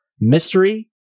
mystery